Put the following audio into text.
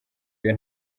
iyo